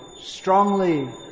strongly